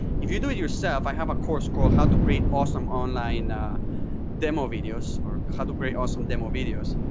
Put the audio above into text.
if you do it yourself, i have a course called how to create awesome online demo videos, or, how to create awesome demo videos.